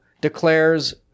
declares